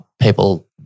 people –